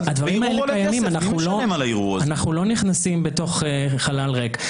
הדברים האלה קיימים אנחנו לא נכנסים לתוך חלל ריק.